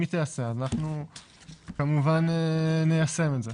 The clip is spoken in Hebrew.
היא תעשה אז אנחנו כמובן ניישם את זה.